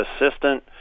assistant